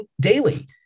daily